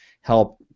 help